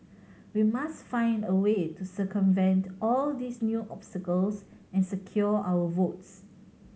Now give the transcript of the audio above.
we must find a way to circumvent all these new obstacles and secure our votes